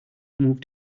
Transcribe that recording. moved